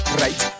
right